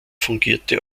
fungierte